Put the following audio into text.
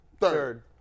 third